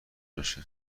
بشه